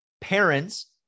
parents